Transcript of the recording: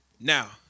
Now